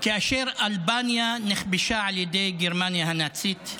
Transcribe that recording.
כאשר אלבניה נכבשה על ידי גרמניה הנאצית.